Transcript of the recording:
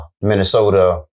Minnesota